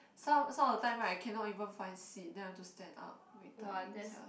some some of the time right I cannot even find seat then I have to stand up great timing sia